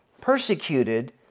persecuted